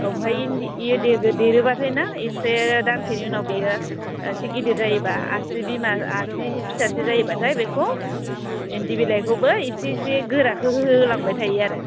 ओमफ्राय बेयो देरोबाथाय ना इसे दानसेनि उनाव बियो एसे गिदिर जायोबा आसि बिमा आसि फिसासे जायोबाथाय बेखौ इन्दि बिलाइखौबो इसे इसे गोराखौ होलांबाय थायो आरो